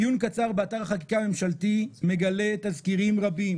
עיון קצר באתר החקיקה הממשלתי מגלה תזכירים רבים